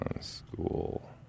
School